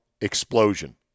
explosion